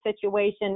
situation